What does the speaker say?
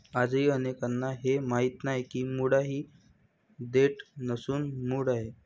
आजही अनेकांना हे माहीत नाही की मुळा ही देठ नसून मूळ आहे